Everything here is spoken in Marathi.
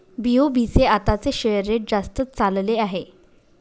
बी.ओ.बी चे आताचे शेअर रेट जास्तच चालले आहे